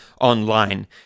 Online